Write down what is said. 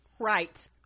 right